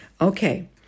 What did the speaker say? Okay